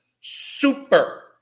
super